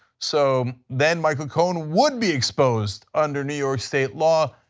so then michael cohen would be exposed under new york state law,